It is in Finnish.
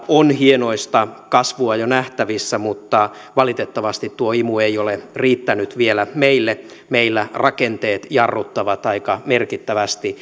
on hienoista kasvua jo nähtävissä mutta valitettavasti tuo imu ei ole riittänyt vielä meille meillä rakenteet jarruttavat aika merkittävästi